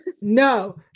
No